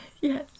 Yes